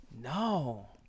No